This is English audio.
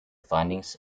findings